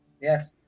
Yes